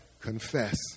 Confess